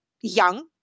young